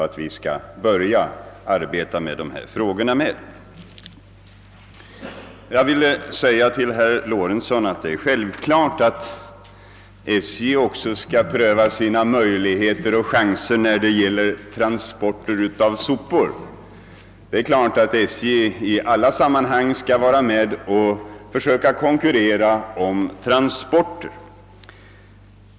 Till herr Lorentzon vill jag säga att det är självklart att SJ också kommer att pröva sina möjligheter att transportera sopor. SJ skall naturligtvis i alla sammanhang vara med och försöka konkurrera om transporterna.